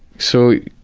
so,